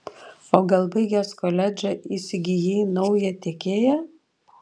o gal baigęs koledžą įsigijai naują tiekėją